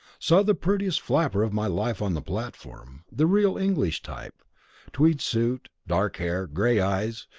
saw the prettiest flapper of my life on the platform the real english type tweed suit, dark hair, gray eyes,